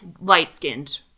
light-skinned